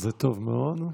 זה טוב מאוד.